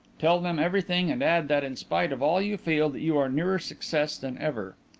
tell them everything and add that in spite of all you feel that you are nearer success than ever.